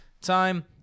time